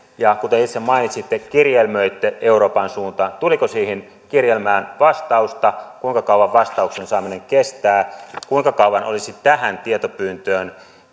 ja kuten itse mainitsitte kirjelmöitte euroopan suuntaan tuliko siihen kirjelmään vastausta kuinka kauan vastauksen saaminen kestää kuinka kauan olisi tähän tietopyyntöön